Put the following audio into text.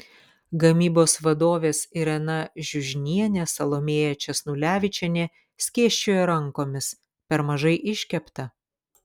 gamybos vadovės irena žiužnienė salomėja česnulevičienė skėsčiojo rankomis per mažai iškepta